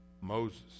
Moses